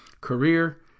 career